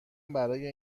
برای